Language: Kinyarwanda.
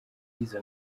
izo